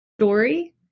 story